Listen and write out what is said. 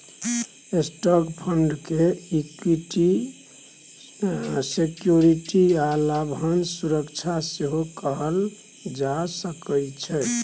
stock fund के equity security आ लाभांश सुरक्षा सेहो कहल जा सकइ छै